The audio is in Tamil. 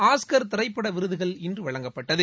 ஆஸ்கர் திரைப்பட விருதுகள் இன்று வழங்கப்பட்டது